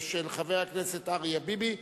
התשע"א 2011, של חבר הכנסת אריה ביבי.